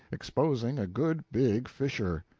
exposing a good big fissure.